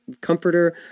comforter